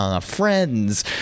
friends